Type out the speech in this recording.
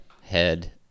head